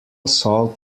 salt